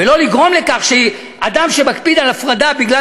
ולא לגרום לכך שאדם שמקפיד על הפרדה בגלל